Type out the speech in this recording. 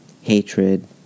hatred